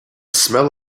smell